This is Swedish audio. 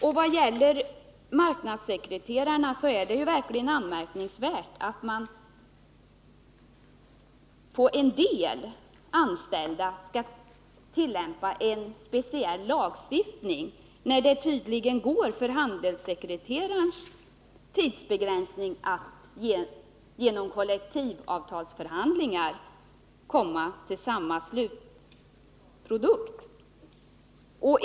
I vad gäller marknadssekreterarna är det verkligen anmärkningsvärt att man på en del anställda skall tillämpa en speciell lagstiftning, när det tydligen går att ordna en tidsbegränsning för handelssekreterarna genom kollektivavtalsförhandlingar och därmed komma till samma slutprodukt.